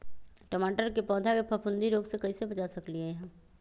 टमाटर के पौधा के फफूंदी रोग से कैसे बचा सकलियै ह?